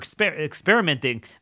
experimenting